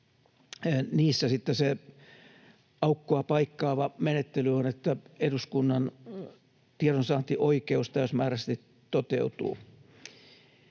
niissä sitten se aukkoa paikkaava menettely on se, että eduskunnan tiedonsaantioikeus täysimääräisesti toteutuu.